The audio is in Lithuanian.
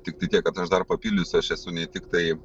tik tai tiek kad aš dar papildysiu aš esu ne tiktai